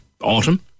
autumn